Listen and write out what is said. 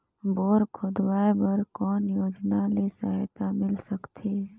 Bore खोदवाय बर कौन योजना ले सहायता मिल सकथे?